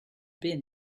been